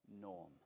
norm